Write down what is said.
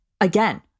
again